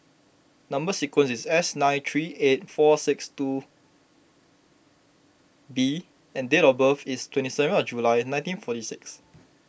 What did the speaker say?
Number Sequence is S nine three eight four six seven two B and date of birth is twenty seven of July nineteen forty six